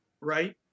right